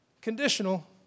Conditional